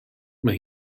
mae